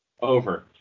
Over